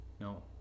No